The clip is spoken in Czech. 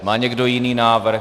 Má někdo jiný návrh?